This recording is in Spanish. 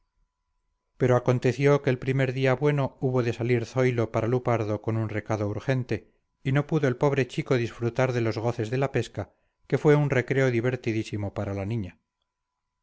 pero aconteció que el primer día bueno hubo de salir zoilo para lupardo con un recado urgente y no pudo el pobre chico disfrutar de los goces de la pesca que fue un recreo divertidísimo para la niña